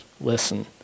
listen